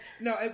no